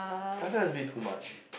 i heard is a bit too much